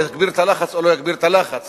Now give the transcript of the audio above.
יגביר את הלחץ